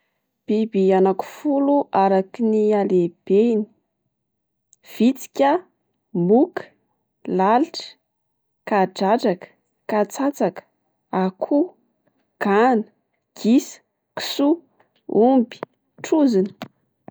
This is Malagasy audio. Biby anaky folo araky ny halebeiny: vitsika, moka, lalitra, kadradraka, katsatsaka, akoho, gana, gisa, kisoa, omby, trozona.